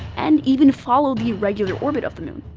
and even follow the irregular orbit of the moon.